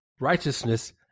righteousness